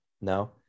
no